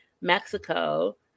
Mexico